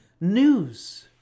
news